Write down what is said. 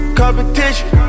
competition